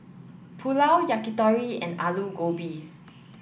Pulao Yakitori and Alu Gobi